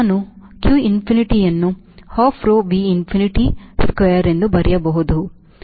ನಾನು q infinityವನ್ನು half rho V infinity square ಎಂದು ಬರೆಯಬಹುದು